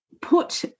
put